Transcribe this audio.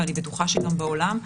ואני בטוחה שגם בעולם,